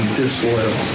disloyal